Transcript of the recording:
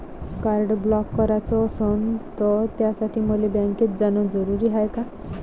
Card block कराच असनं त त्यासाठी मले बँकेत जानं जरुरी हाय का?